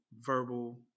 Verbal